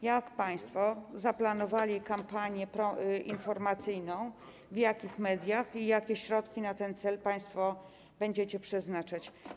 Jak państwo zaplanowali kampanię informacyjną, w jakich mediach i jakie środki na ten cel państwo będziecie przeznaczać?